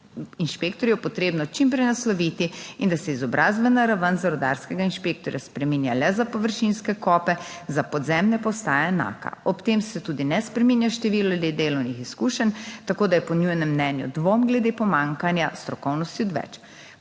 inšpektorjev potrebno čim prej nasloviti in da se izobrazbena raven za rudarskega inšpektorja spreminja le za površinske kope, za podzemne pa ostaja enaka. Ob tem se tudi ne spreminja število let delovnih izkušenj, tako da je po njunem mnenju dvom glede pomanjkanja strokovnosti odveč.